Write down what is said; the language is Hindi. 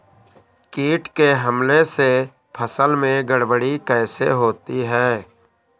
कीट के हमले से फसल में गड़बड़ी कैसे होती है?